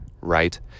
Right